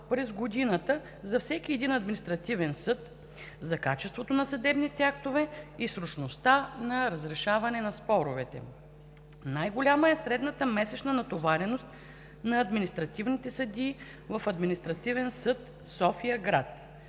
през годината за всеки един административен съд, за качеството на съдебните актове и срочността за решаване на споровете. Най-голяма е средната месечна натовареност на административните съдии в Административен съд София-град